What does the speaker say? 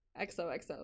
XOXO